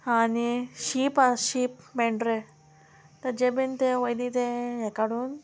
आनी शीप आसा शीप मेंड्रे तेजें बीन ते वयली तें हें काडून